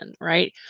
right